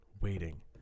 waiting